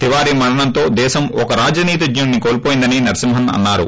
తివారీ మరణంతో దేశం ఓ రాజనీతిజ్ఞుడిని కోల్పోయిందని నరసింహన్ అన్నారు